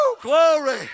Glory